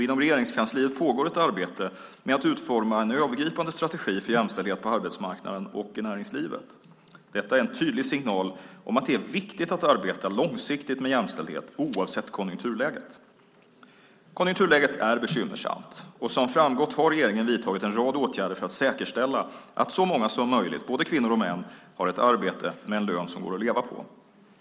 Inom Regeringskansliet pågår ett arbete med att utforma en övergripande strategi för jämställdhet på arbetsmarknaden och i näringslivet. Det är en tydlig signal om att det är viktigt att arbeta långsiktigt med jämställdhet oavsett konjunkturläget. Konjunkturläget är bekymmersamt. Som framgått har regeringen vidtagit en rad åtgärder för att säkerställa att så många som möjligt, både kvinnor och män, har ett arbete med en lön som går att leva på.